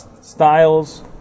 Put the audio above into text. Styles